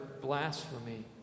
blasphemy